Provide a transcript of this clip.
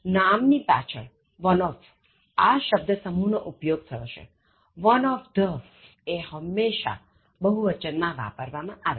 નામ ની પાછળ "one of" આ શબ્દ સમૂહ નો ઉપયોગ થયો છે "one of the" એ હંમેશા બહુવચન માં વાપરવા માં આવે છે